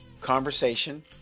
conversation